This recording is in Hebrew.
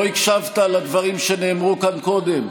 לא הקשבת לדברים שנאמרו כאן קודם,